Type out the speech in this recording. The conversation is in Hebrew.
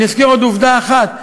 אני אזכיר עוד עובדה אחת.